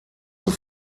zur